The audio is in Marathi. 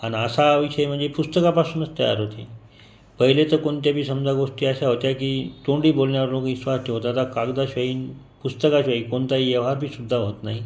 अन् असा विषय म्हणजे पुस्तकापासूनच तयार होते पहिले तर कोणत्या बी समजा गोष्टी अशा होत्या की तोंडी बोलण्यावर लोक विश्वास ठेवत आता कागदाशिवायही पुस्तकाशिवायही कोणताही व्यवहार बी सुद्धा होत नाही